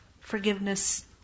Forgiveness